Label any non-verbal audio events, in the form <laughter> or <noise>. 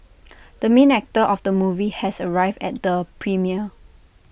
<noise> the main actor of the movie has arrived at the premiere